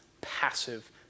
passive